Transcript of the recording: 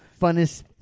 funnest